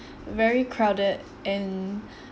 very crowded and